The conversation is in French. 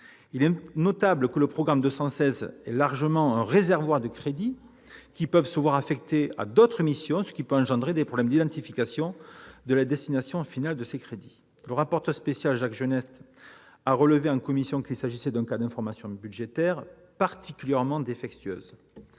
Il est notable que ce programme est largement un « réservoir » de crédits, qui peuvent être affectés à d'autres missions, ce qui peut engendrer des problèmes d'identification de leur destination finale. Le rapporteur spécial a relevé en commission qu'il s'agissait d'un cas d'information budgétaire « particulièrement défectueuse